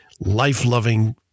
life-loving